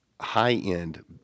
high-end